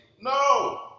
No